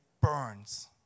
burns